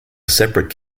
separate